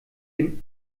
dem